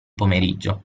pomeriggio